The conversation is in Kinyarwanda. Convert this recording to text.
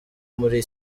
muri